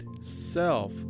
self